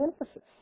emphasis